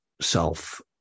self